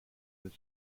his